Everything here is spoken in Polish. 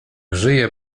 żyje